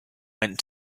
went